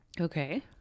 Okay